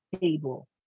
table